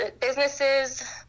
businesses